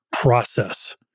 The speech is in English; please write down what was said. process